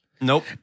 Nope